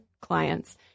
clients